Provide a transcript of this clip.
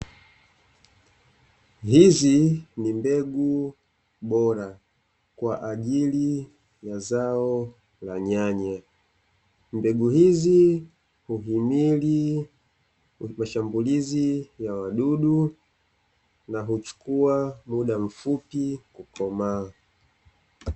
Hizi ni mbegu bora kwa ajili ya zao la nyanya. Mbegu hizi huhimili mashambulizi ya wadudu na kuchukua muda mfupi kukomaa.